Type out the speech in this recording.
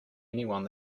anyone